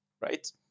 right